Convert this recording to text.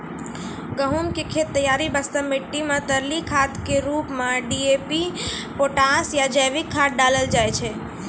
गहूम के खेत तैयारी वास्ते मिट्टी मे तरली खाद के रूप मे डी.ए.पी पोटास या जैविक खाद डालल जाय छै